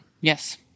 Yes